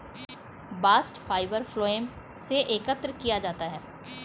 bast fibre phloem से एकत्र किया जाता है